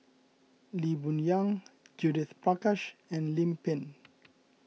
Lee Boon Yang Judith Prakash and Lim Pin